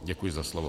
Děkuji za slovo.